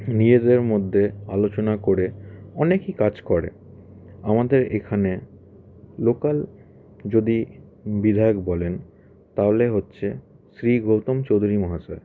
নিজেদের মধ্যে আলোচনা করে অনেকই কাজ করে আমাদের এখানে লোকাল যদি বিধায়ক বলেন তাহলে হচ্ছে শ্রী গৌতম চৌধুরী মহাশয়